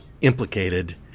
implicated